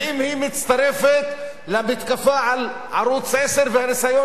ואם היא מצטרפת למתקפה על ערוץ-10 ולניסיון